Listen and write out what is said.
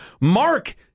Mark